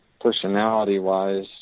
personality-wise